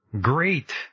Great